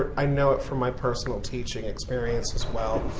i know it from my personal teaching experience as well.